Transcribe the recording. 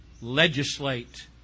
legislate